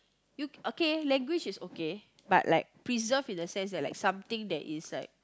you okay language is okay but like preserved in the sense like something that is like